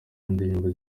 indirimbo